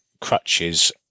crutches